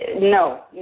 No